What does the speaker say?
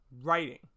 writing